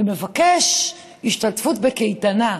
ומבקש השתתפות בקייטנה.